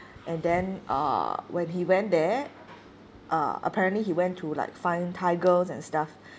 and then err when he went there uh apparently he went to like find thai girls and stuff